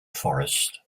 forest